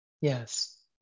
Yes